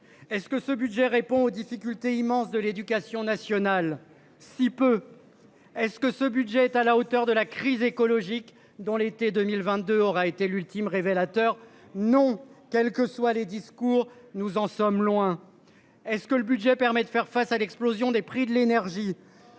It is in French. Est-ce que ce budget répond aux difficultés immenses de l'éducation nationale si peu. Est-ce que ce budget est à la hauteur de la crise écologique dont l'été 2022 aura été l'ultime révélateur. Non. Quelles que soient les discours. Nous en sommes loin. Est-ce que le budget permet de faire face à l'explosion des prix de l'énergie.